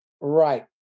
Right